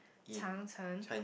Chang-Chen